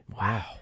Wow